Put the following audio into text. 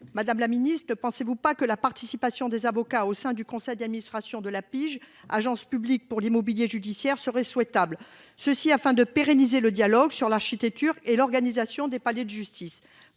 Madame la Ministre, ne pensez-vous pas que la participation des avocats au sein du conseil d'administration de la pige, agence publique pour l'immobilier judiciaire seraient souhaitables, ceci afin de pérenniser le dialogue sur l'architecture et l'organisation des palais de justice.